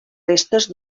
restes